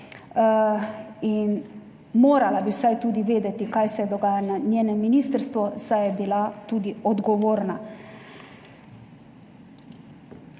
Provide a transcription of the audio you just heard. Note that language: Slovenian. in morala bi vsaj tudi vedeti kaj se dogaja na njenem ministrstvu, saj je bila tudi odgovorna.